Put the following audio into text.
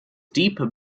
deep